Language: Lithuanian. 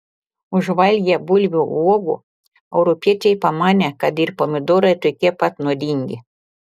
užvalgę bulvių uogų europiečiai pamanė kad ir pomidorai tokie pat nuodingi